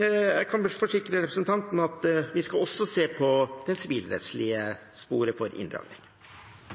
jeg kan forsikre representanten om at vi også skal se på det sivilrettslige sporet for inndragning.